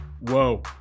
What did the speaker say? Whoa